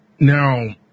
Now